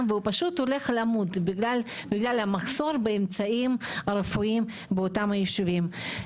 והוא פשוט ימות בגלל מחסור באמצעים רפואיים באותם היישובים.